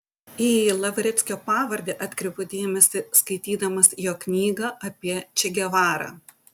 į lavreckio pavardę atkreipiau dėmesį skaitydamas jo knygą apie če gevarą